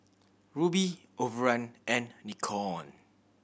Rubi Overrun and Nikon